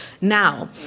now